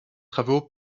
travaux